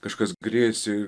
kažkas grėsė